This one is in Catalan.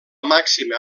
màxima